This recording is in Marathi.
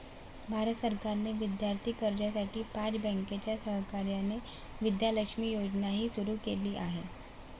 भारत सरकारने विद्यार्थी कर्जासाठी पाच बँकांच्या सहकार्याने विद्या लक्ष्मी योजनाही सुरू केली आहे